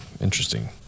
interesting